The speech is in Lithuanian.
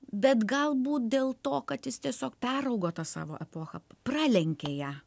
bet galbūt dėl to kad jis tiesiog peraugo tą savo epochą pralenkė ją